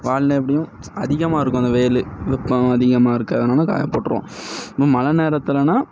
வானிலை எப்படியும் அதிகமாக இருக்கும் அந்த வெயில் வெப்பம் அதிகமாக இருக்கிறதுனால காயப்போட்டிருவோம் இன்னும் மழை நேரத்துலனால்